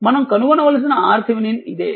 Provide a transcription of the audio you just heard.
మనం కనుగొనవలసిన RThevenin ఇదే